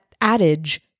adage